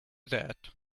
that